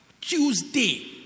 Tuesday